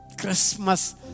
Christmas